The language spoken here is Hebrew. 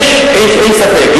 אין ספק,